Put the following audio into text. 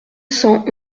cent